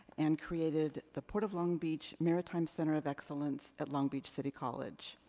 and created the port of long beach maritime center of excellence at long beach city college.